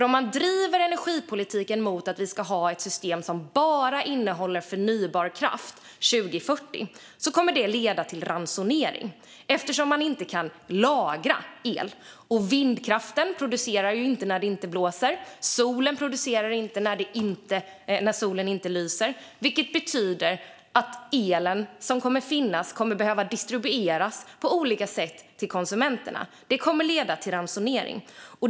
Om man driver energipolitiken mot att vi ska ha ett system som bara innehåller förnybar kraft 2040 kommer det att leda till ransonering eftersom man inte kan lagra el. Vindkraften producerar ju inte el när det inte blåser, och solen producerar inte el när solen inte lyser. Det betyder att den el som kommer att finnas kommer att behöva distribueras på olika sätt till konsumenterna, vilket kommer att leda till ransonering.